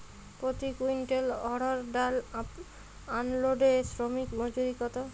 প্রতি কুইন্টল অড়হর ডাল আনলোডে শ্রমিক মজুরি কত?